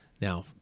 Now